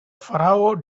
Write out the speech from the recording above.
pharaoh